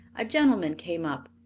a gentleman came up.